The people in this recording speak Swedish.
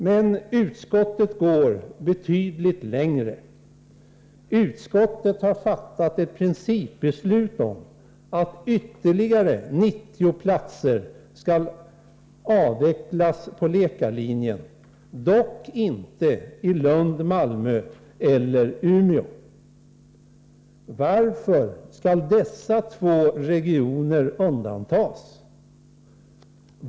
Men utskottet går betydligt längre. Utskottet har fattat ett principbeslut om att förorda att ytterligare 90 platser skall avvecklas på läkarlinjen — dock inte i Lund, Malmö eller Umeå. Varför skall de två regioner som det därvidlag är fråga om undantas?